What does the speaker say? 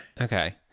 Okay